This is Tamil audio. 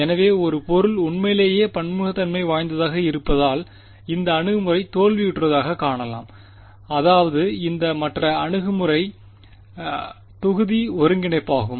எனவே ஒரு பொருள் உண்மையிலேயே பன்முகத்தன்மை வாய்ந்ததாக இருப்பதால் இந்த அணுகுமுறை தோல்வியுற்றதைக் காணலாம் அதாவது இந்த மற்ற அணுகுமுறை தொகுதி ஒருங்கிணைப்பாகும்